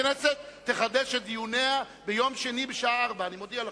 הכנסת תחדש את דיוניה ביום שני בשעה 16:00. אני מודיע לכם.